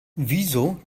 wieso